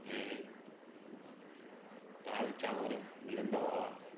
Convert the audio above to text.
ऐं दालि चांवर मिलंदा हुआ